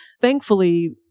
thankfully